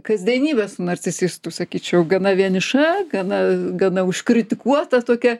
kasdienybė su narcisistu sakyčiau gana vieniša gana gana užkritikuota tokia